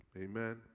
Amen